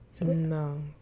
No